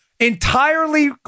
entirely